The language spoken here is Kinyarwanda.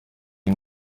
iyi